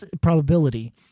probability